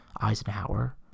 Eisenhower